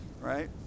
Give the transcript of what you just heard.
right